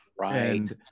Right